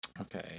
Okay